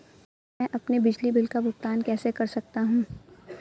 मैं अपने बिजली बिल का भुगतान कैसे कर सकता हूँ?